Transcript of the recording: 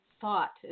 thought